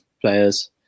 players